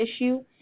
issue